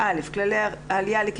כדי להקל כי